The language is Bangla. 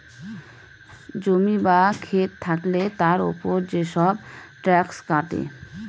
জমি বা খেত থাকলে তার উপর যেসব ট্যাক্স কাটে